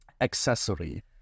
accessory